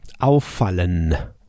Auffallen